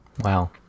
Wow